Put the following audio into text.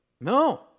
No